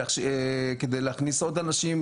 כדי להכניס עוד אנשים